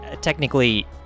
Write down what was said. technically